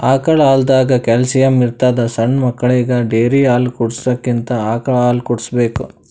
ಆಕಳ್ ಹಾಲ್ದಾಗ್ ಕ್ಯಾಲ್ಸಿಯಂ ಇರ್ತದ್ ಸಣ್ಣ್ ಮಕ್ಕಳಿಗ ಡೇರಿ ಹಾಲ್ ಕುಡ್ಸಕ್ಕಿಂತ ಆಕಳ್ ಹಾಲ್ ಕುಡ್ಸ್ಬೇಕ್